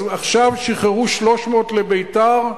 אז עכשיו שחררו 300 לביתר.